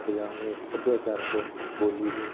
ਪੰਜਾਬ ਸੱਭਿਆਚਾਰਕ ਬੋਲੀ ਦੇ